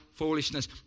foolishness